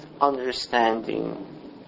understanding